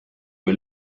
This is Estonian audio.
kui